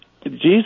Jesus